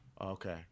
Okay